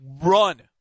run